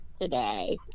today